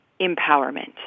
empowerment